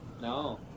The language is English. No